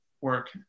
work